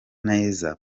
neza